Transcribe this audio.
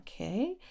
okay